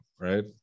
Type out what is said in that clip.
right